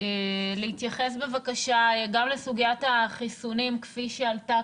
להתייחס גם לסוגיית החיסונים כפי שעלתה